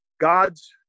God's